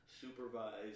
supervised